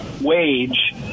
wage